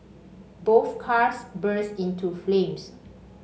both cars burst into flames